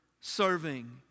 serving